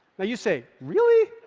now you say, really?